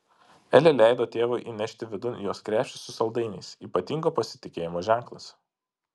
elė leido tėvui įnešti vidun jos krepšį su saldainiais ypatingo pasitikėjimo ženklas